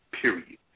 Period